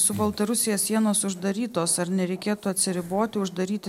su baltarusija sienos uždarytos ar nereikėtų atsiriboti uždaryti